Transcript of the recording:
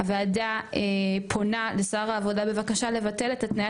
13. הוועדה פונה לשר העבודה בבקשה לבטל את התניית